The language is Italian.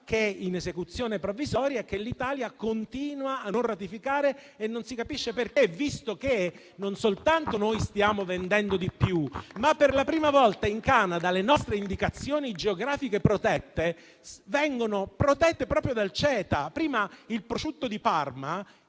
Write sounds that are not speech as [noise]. che è in esecuzione provvisoria e che l'Italia continua a non ratificare, [applause] ma non si capisce perché, visto che non soltanto stiamo vendendo di più, ma per la prima volta in Canada le nostre indicazioni geografiche protette vengono protette proprio dal CETA. Prima il Prosciutto di Parma